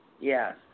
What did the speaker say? Yes